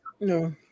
No